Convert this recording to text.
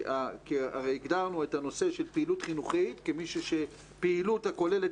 כי הרי הגדרנו את הנושא של פעילות חינוכית כפעילות הכוללת